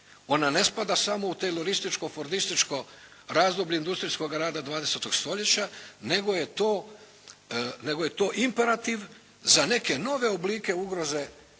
onda ne spada samo u tejlorističko fordističko razdoblje industrijskoga rada 20. stoljeća, nego je to imperativ za neke nove oblike ugroze